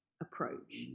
approach